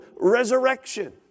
resurrection